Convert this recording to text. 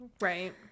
Right